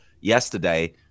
yesterday